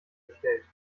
gestellt